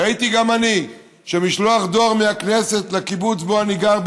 ראיתי גם אני שמשלוח דואר מהכנסת לקיבוץ שבו אני גר,